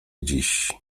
dziś